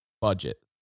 Budget